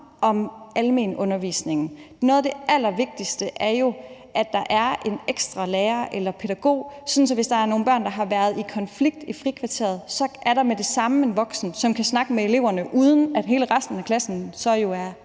om almenundervisningen. Noget af det allervigtigste er jo, at der er en ekstra lærer eller pædagog, sådan at hvis der er nogle børn, der har været i konflikt i frikvarteret, så er der med det samme en voksen, som kan snakke med eleverne, uden at hele resten af klassen jo så er